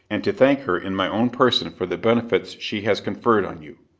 and to thank her in my own person for the benefits she has conferred on you.